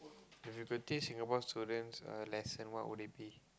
if you could teach Singapore students a lesson what would it be